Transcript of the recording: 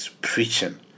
Preaching